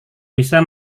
bisa